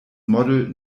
model